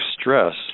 stress